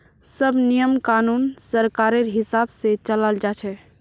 सब नियम कानून सरकारेर हिसाब से चलाल जा छे